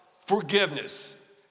Forgiveness